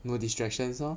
no distractions lor